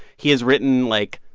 he has written, like,